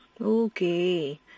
Okay